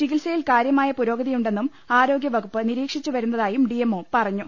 ചികിത്സയിൽ കാര്യമായ പുരോഗതിയു ണ്ടെന്നും ആരോഗ്യവകുപ്പ് നിരീക്ഷിച്ചു വരുന്നതായും ഡിഎംഒ പറഞ്ഞു